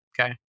Okay